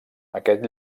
aquest